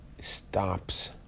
stops